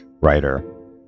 writer